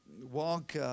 walk